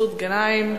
מסעוד גנאים.